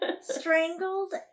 strangled